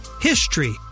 HISTORY